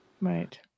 Right